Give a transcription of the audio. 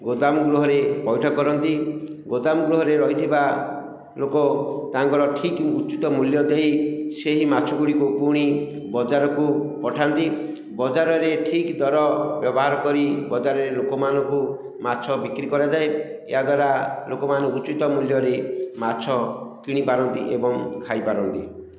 ଗୋଦାମ ଗୃହରେ ପୈଠ କରନ୍ତି ଗୋଦାମ ଗୃହରେ ରହିଥିବା ଲୋକ ତାଙ୍କର ଠିକ୍ ଉଚିତ ମୂଲ୍ୟ ଦେଇ ସେହି ମାଛ ଗୁଡ଼ିକୁ ପୁଣି ବଜାରକୁ ପଠାନ୍ତି ବଜାରରେ ଠିକ୍ ଦର ବ୍ୟବହାର କରି ବଜାରରେ ଲୋକମାନଙ୍କୁ ମାଛ ବିକ୍ରି କରାଯାଏ ଏହାଦ୍ୱାରା ଲୋକମାନେ ଉଚିତ ମୂଲ୍ୟରେ ମାଛ କିଣିପାରନ୍ତି ଏବଂ ଖାଇପାରନ୍ତି